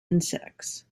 insects